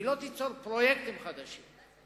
היא לא תיצור פרויקטים חדשים.